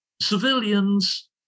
Civilians